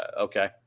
okay